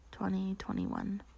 2021